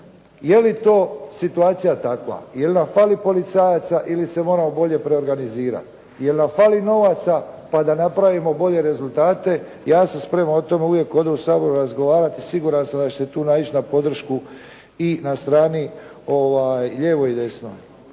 je li to situacija takva, je li nam fali policajaca ili se moramo bolje preorganizirati? Je li nam fali novaca pa da napravimo bolje rezultate? Ja sam spreman o tome uvijek ovdje u Saboru razgovarati, siguran sam da ćete tu naići na podršku i na strani lijevo i desno.